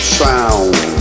sound